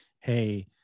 hey